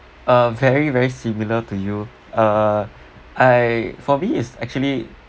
uh very very similar to you ah I for me it's actually